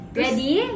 ready